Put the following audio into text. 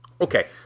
Okay